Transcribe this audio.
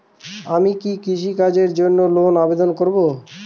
আমি কি কৃষিকাজের জন্য লোনের আবেদন করব?